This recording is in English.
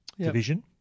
division